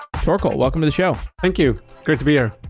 torkel, welcome to the show thank you. great to be here.